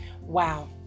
Wow